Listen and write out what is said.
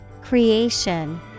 Creation